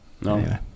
No